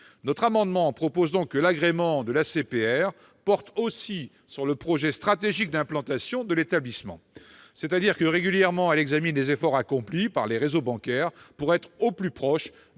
cet amendement, nous proposons que l'agrément de l'ACPR porte aussi sur le projet stratégique d'implantation de l'établissement. Régulièrement, celle-ci examine les efforts accomplis par les réseaux bancaires pour être au plus proche des